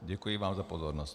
Děkuji vám za pozornost.